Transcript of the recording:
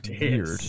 weird